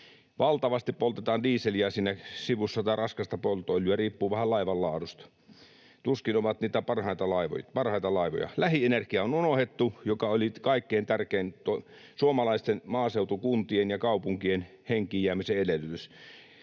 Valtavasti poltetaan dieseliä siinä sivussa, tai raskasta polttoöljyä, riippuu vähän laivan laadusta — tuskin ovat niitä parhaita laivoja. On unohdettu lähienergia, joka oli kaikkein tärkein suomalaisten maaseutukuntien ja kaupunkien henkiin jäämisen edellytys.